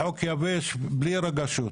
החוק יבש בלי רגשות.